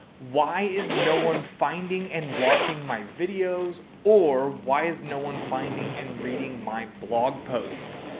why is no one finding and watching my videos or why is no one finding and reading my blog posts?